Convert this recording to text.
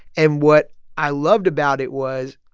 and what i loved about it was,